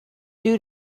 due